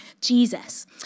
Jesus